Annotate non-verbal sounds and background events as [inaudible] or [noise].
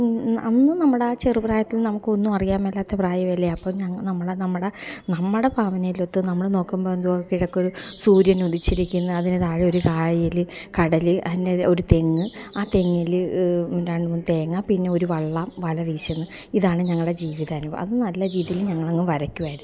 അന്നും നമ്മുടെ ആ ചെറുപ്രായത്തിൽ നമുക്കൊന്നും അറിയാൻ മേലാത്ത പ്രായമല്ലേ അപ്പോള് നമ്മളെ നമ്മുടെ നമ്മുടെ ഭാവനയിലൊത്ത് നമ്മൾ നോക്കുമ്പോള് എന്തോ കിഴക്കൊരു സൂര്യൻ ഉദിച്ചിരിക്കുന്നു അതിനു താഴെയൊരു കായല് കടല് [unintelligible] ഒരു തെങ്ങ് ആ തെങ്ങില് രണ്ട് മൂന്ന് തേങ്ങ പിന്നെ ഒരു വള്ളം വലവീശുന്നു ഇതാണ് ഞങ്ങളുടെ ജീവിത അനുഭവം അതൊന്നു നല്ല രീതിയിൽ ഞങ്ങളങ്ങു വരയ്ക്കുമായിരുന്നു